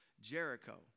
Jericho